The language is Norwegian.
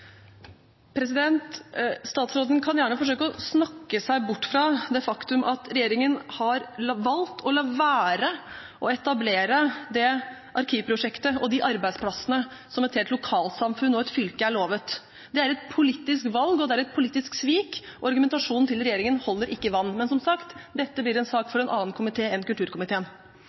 minutt. Statsråden kan gjerne forsøke å snakke seg bort fra det faktum at regjeringen har valgt å la være å etablere det arkivprosjektet og de arbeidsplassene som et helt lokalsamfunn og et fylke er lovet. Det er et politisk valg, det er et politisk svik, og argumentasjonen til regjeringen holder ikke vann. Men som sagt, dette blir en sak